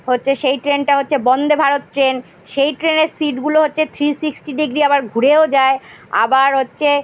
হচ্ছে সেই ট্রেনটা হচ্ছে বন্দে ভারত ট্রেন সেই ট্রেনের সিটগুলো হচ্ছে থ্রি সিক্সটি ডিগ্রি আবার ঘুরেও যায় আবার হচ্ছে